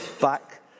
back